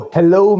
Hello